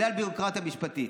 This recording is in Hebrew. בגלל ביורוקרטיה משפטית.